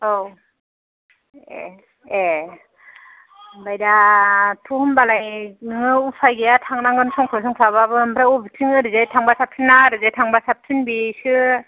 औ ए ऐ ओमफ्राय दा थ' होमबालाय नोङो उफाय गैया थांनागोन संख्ल' संख्ला बाबो ओमफ्राय अबेथिं ओरैजाय थांबा साबसिन ना ओरैजाय थांबा साबसिन बेसो